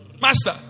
Master